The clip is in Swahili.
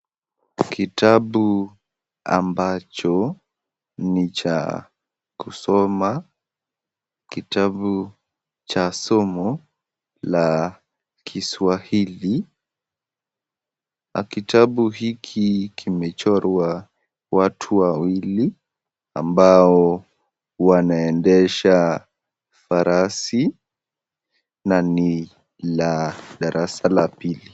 Kitabu ambacho ni cha kusoma, kitabu cha somo la kiswahili. Na kitabu hiki kimechorwa watu wawili ambao wanaendesha farasi, na ni la darasa la pili.